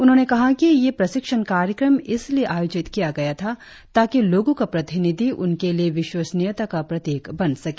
उन्होंने कहा कि यह प्रशिक्षण कार्यक्रम इसलिए आयोजित किया गया था ताकि लोगो का प्रतिनिधि उनके लिए विश्वसनीयता का प्रतिक बन सके